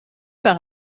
par